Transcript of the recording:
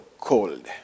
cold